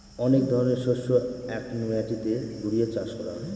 অনেক ধরনের শস্য এক মাটিতে ঘুরিয়ে চাষ করা হয়